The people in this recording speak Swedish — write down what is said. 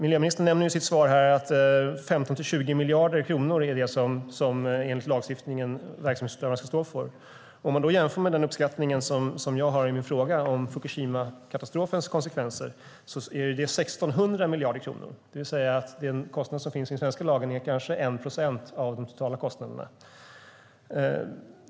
Miljöministern nämner i sitt svar att verksamhetsutövarna enligt lag ska stå för 15-20 miljarder kronor. Om man jämför det beloppet med den uppskattning jag gör i min fråga om Fukushimakatastrofens konsekvenser blir det 1 600 miljarder kronor. Det betyder att den kostnad som anges i den svenska lagen kanske är 1 procent av de totala kostnaderna.